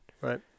Right